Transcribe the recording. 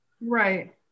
Right